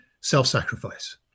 self-sacrifice